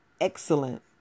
excellent